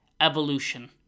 evolution